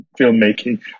filmmaking